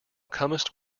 comest